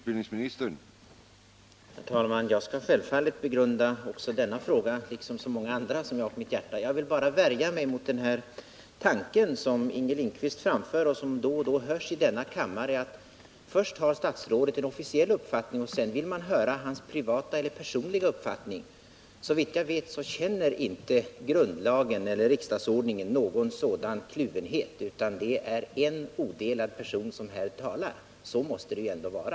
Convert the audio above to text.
Herr talman! Jag skall självfallet begrunda också denna fråga, liksom så många andra som jag har på mitt hjärta. Jag vill bara värja mig mot den tanke som Inger Lindquist framför — och som då och då hörs i denna kammare — att först har statsrådet en officiell uppfattning, men sedan vill vi också höra hans privata och personliga uppfattning. Såvitt jag vet känner inte riksdagsordningen någon sådan kluvenhet, utan det är en odelad person som här talar. Så måste det ju ändå vara.